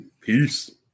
Peace